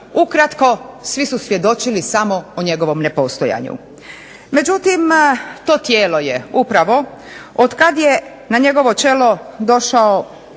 Ukratko, svi su svjedočili samo o njegovom nepostojanju. Međutim, to je tijelo upravo od kad je na njegovo čelo došao